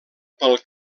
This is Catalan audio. pel